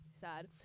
Sad